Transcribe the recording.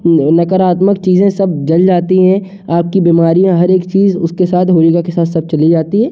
नकारात्मक चीज़ें सब जल जाती हैं आपकी बीमारियाँ हर एक चीज उसके साथ होलिका के साथ सब चली जाती है